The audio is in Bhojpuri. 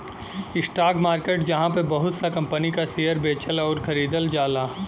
स्टाक मार्केट जहाँ पे बहुत सा कंपनी क शेयर बेचल आउर खरीदल जाला